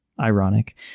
ironic